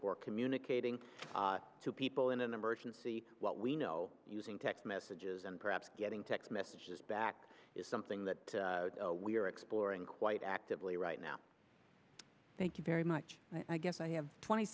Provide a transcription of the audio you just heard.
for communicating to people in an emergency what we know using text messages and perhaps getting text messages back is something that we are exploring quite actively right now thank you very much i guess i have twenty